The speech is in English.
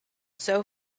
come